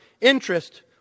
interest